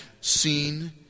seen